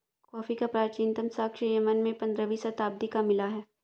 coffee का प्राचीनतम साक्ष्य यमन में पंद्रहवी शताब्दी का मिला है